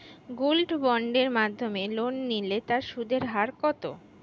Gold বন্ডের মাধ্যমে loan নিলে তার সুদের হার কত?